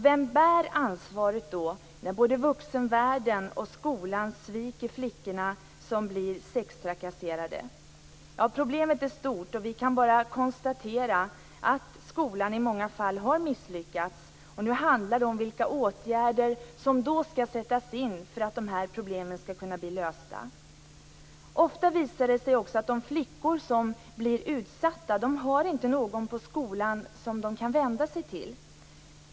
Vem bär ansvaret när både vuxenvärlden och skolan sviker flickor som blir sextrakasserade? Problemet är stort. Vi kan bara konstatera att skolan i många fall har misslyckats. Nu handlar det om vilka åtgärder som skall sättas in för att de här problemen skall kunna lösas. Ofta visar det sig att utsatta flickor inte har någon på skolan som de kan vända sig till.